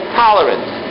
tolerance